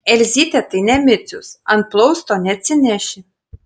elzytė tai ne micius ant plausto neatsineši